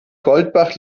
goldbach